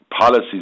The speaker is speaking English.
policies